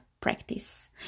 practice